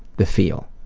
the feel.